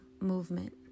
movement